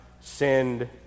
send